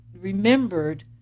remembered